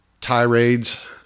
tirades